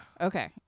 okay